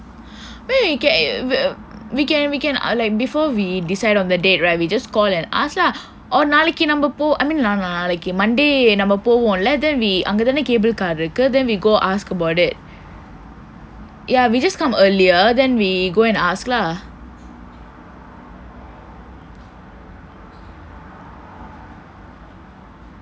we can we can ah like before we decide on the date right we just call and ask lah or நாளைக்கு நம்ம போ:nalaikku namma po I mean no not நாளைக்கு:nalaikku monday நம்ம போவோம்:namma povoam leh then we அங்க தானே:anga thane cable car இருக்கு:irukku then we go ask about it ya we just come earlier then we go and ask lah